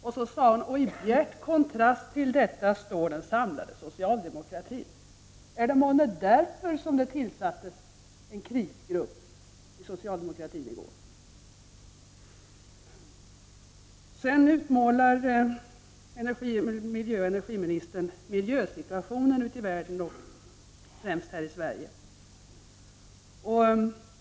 Så tillade hon: i bjärt kontrast till detta står den samlade socialdemokratin. Är det månne därför som det tillsattes en krisgrupp i socialdemokratin i går? Sedan utmålar miljöoch energiministern miljösituationen ute i världen och främst här i Sverige.